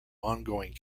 ongoing